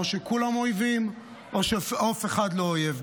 או שכולם אויבים או שאף אחד לא אויב.